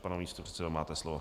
Pane místopředsedo, máte slovo.